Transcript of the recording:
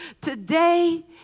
Today